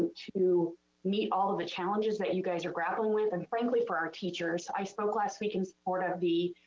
to meet all of the challenges that you guys are grappling with and frankly, for our teachers. so i spoke last week in support of the